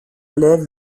élève